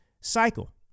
cycle